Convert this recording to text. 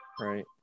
Right